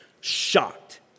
shocked